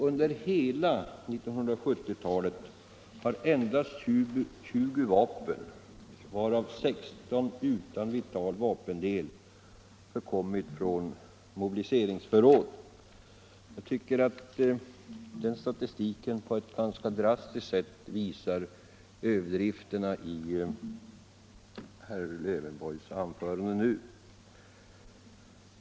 Under hela 1970-talet har endast 20 — avvapenm.m. från vapen, varav 16 utan vital vapendel, förkommit från mobiliseringsförråd. — militära förråd Jag tycker att den statistiken på ett ganska drastiskt sätt visar överdrifterna i herr Lövenborgs anförande.